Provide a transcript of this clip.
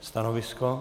Stanovisko?